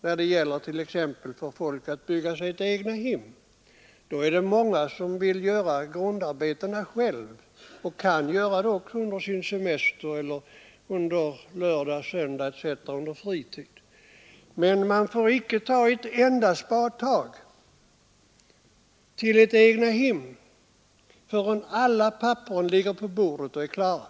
Många människor som bygger ett eget hem vill göra grundarbetena själva — och kan göra det själva under sin semester, under sin fritid på lediga lördagar och söndagar eller vid annan tid. Men dessa människor får inte ta ett enda spadtag till ett egethem förrän alla papper ligger på bordet och är klara.